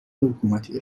حکومتی